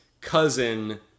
cousin